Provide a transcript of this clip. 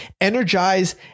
energize